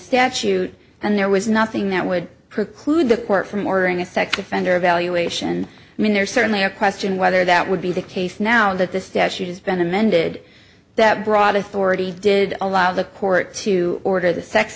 statute and there was nothing that would preclude the court from ordering a sex offender evaluation i mean there's certainly a question whether that would be the case now that the statute has been amended that broad authority did allow the court to order the sex